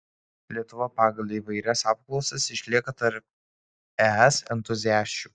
lietuva pagal įvairias apklausas išlieka tarp es entuziasčių